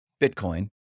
Bitcoin